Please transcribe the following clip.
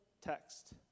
text